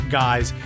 guys